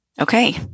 Okay